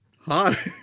hot